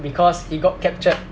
because he got captured